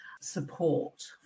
support